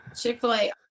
Chick-fil-A